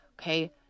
Okay